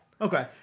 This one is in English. Okay